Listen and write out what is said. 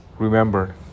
Remember